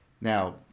Now